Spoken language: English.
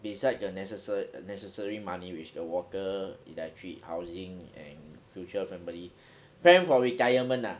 besides the necessa~ necessary money which the water electric housing and future family plan for retirement lah